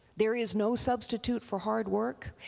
there is no substitute for hard work.